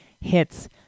hits